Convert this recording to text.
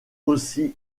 aussi